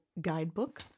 Guidebook